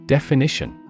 Definition